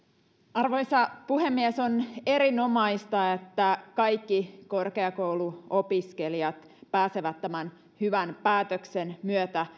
arvoisa puhemies on erinomaista että kaikki korkeakouluopiskelijat pääsevät tämän hyvän päätöksen myötä